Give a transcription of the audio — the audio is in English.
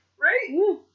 Right